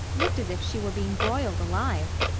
looked as if she were being broiled alive.